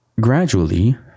gradually